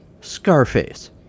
Scarface